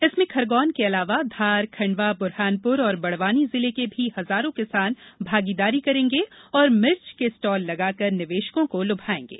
इसमें खरगोन के अलावा धार खंडवा बुरहानपुर और बड़वानी जिले के भी हजारो किसान भागीदारी करेंगे और मिर्च के स्टाल लगा कर निवेशको को लुभाएंगे